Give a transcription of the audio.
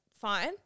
fine